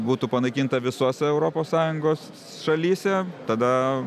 būtų panaikinta visose europos sąjungos šalyse tada